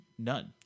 none